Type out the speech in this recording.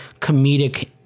comedic